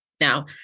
Now